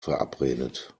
verabredet